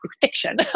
Fiction